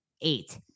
eight